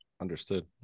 Understood